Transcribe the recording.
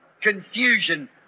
confusion